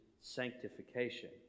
sanctification